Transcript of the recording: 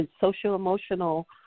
social-emotional